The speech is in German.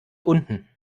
unten